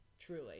Truly